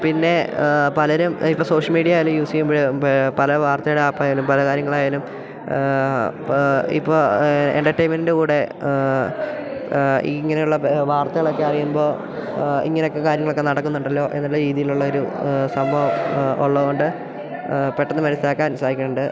പിന്നേ പലരും ഇപ്പം സോഷ്യൽ മീഡിയയിലും യൂസ് ചെയ്യുമ്പഴ് പല വാർത്തയുടെ ആപ്പായാലും പല കാര്യങ്ങളായാലും ഇപ്പോൾ എൻ്റർട്ടെയ്മെൻറ്റ് കൂടെ ഇങ്ങനെ ഉള്ള വാർത്തകളൊക്കെ അറിയുമ്പോൾ ഇങ്ങനൊക്കെ കാര്യങ്ങളൊക്കെ നടക്കുന്നുണ്ടല്ലോ എന്നുള്ള രീതിയിലുള്ളൊരു സംഭവം ഉള്ളത് കൊണ്ട് പെട്ടെന്ന് മനസിലാക്കാൻ സഹായിക്കുന്നുണ്ട്